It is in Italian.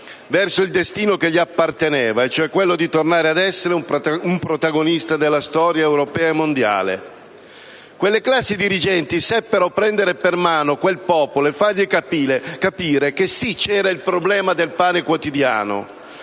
verso il destino che gli apparteneva: quello di tornare ad essere un protagonista della storia europea e mondiale. Quelle classi dirigenti seppero prendere per mano il popolo e fargli capire che, sì, c'era il problema del pane quotidiano,